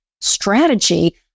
strategy